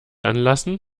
anlassen